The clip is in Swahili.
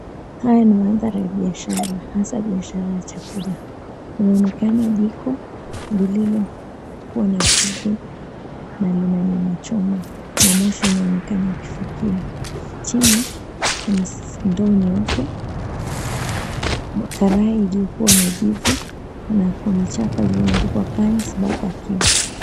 Haya ni mandhari ya biashara hasa biashara ya chakula. Inaonekana jiko lililo kua na grill na lina nyama choma na moshi unaonekana ukishukia. Chini kuna ndoo nyeupe, karai iliyokuwa na jivu na kuna chapa iliyoandikwa "KHANS BERBERQUE".